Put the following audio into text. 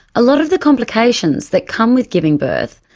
a lot of the complications that come with giving birth,